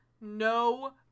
no